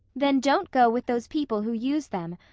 then don't go with those people who use them.